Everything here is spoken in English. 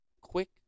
Quick